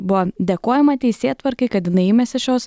buvo dėkojama teisėtvarkai kad jinai imėsi šios